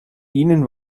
ihnen